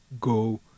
go